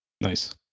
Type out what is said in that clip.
Nice